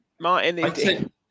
Martin